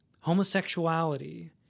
homosexuality